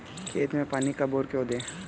खेत में पानी कब और क्यों दें?